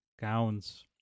gowns